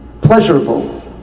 pleasurable